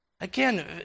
Again